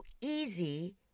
easy